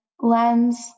lens